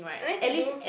unless you do